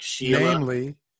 Namely